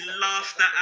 laughter